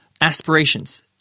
aspirations